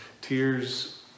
tears